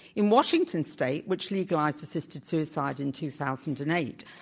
in washington state, which legalized assisted suicide in two thousand and eight,